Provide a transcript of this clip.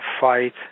fight